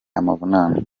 amavunane